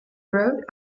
wrote